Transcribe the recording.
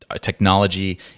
technology